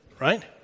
Right